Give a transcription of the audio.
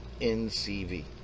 NCV